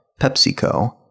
PepsiCo